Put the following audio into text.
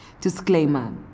Disclaimer